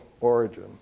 origin